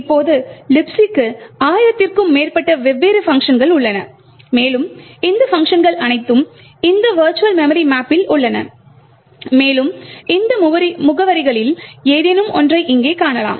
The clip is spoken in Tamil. இப்போது Libcக்கு ஆயிரத்திற்கும் மேற்பட்ட வெவ்வேறு பங்க்ஷன்கள் உள்ளன மேலும் இந்த பங்க்ஷன்கள் அனைத்தும் இந்த விர்ச்சுவல் மெமரி மேப்பில் உள்ளன மேலும் இந்த முகவரிகளில் ஏதேனும் ஒன்றை இங்கே அணுகலாம்